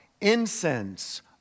Incense